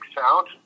sound